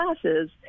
classes